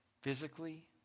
physically